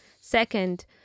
Second